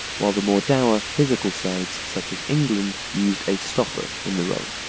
while the more dour, physical sides such as england, used a stopper in the role.